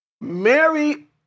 Mary